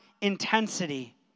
intensity